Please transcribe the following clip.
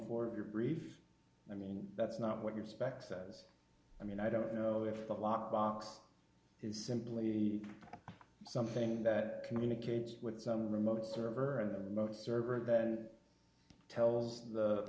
four of your brief i mean that's not what your spec says i mean i don't know if the lock box is simply something that communicates with some remote server and the most server then tells the